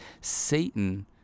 Satan